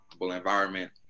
environment